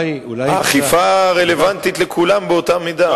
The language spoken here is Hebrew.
האכיפה רלוונטית לכולם באותה מידה.